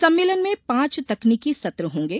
सम्मेलन में पांच तकनीकी सत्र होंगे